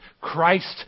Christ